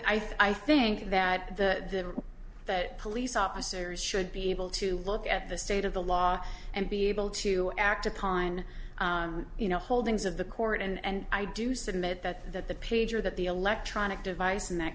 well i think that the that police officers should be able to look at the state of the law and be able to act upon you know holdings of the court and i do submit that that the pager that the electronic device in that